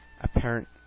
apparent